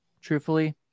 truthfully